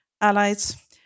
allies